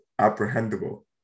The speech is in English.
apprehendable